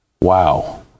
wow